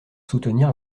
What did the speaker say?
soutenir